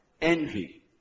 Envy